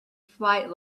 flight